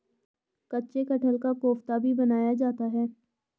कच्चे कटहल का कोफ्ता भी बनाया जाता है